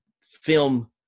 film